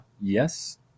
yes